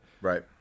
Right